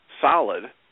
solid